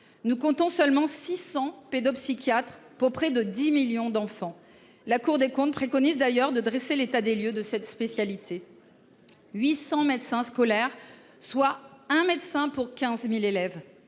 Nous comptons seulement 600 pédopsychiatre pour près de 10 millions d'enfants. La Cour des comptes préconise d'ailleurs de dresser l'état des lieux de cette spécialité. 800 médecins scolaires soit un médecin pour 15.000 élèves.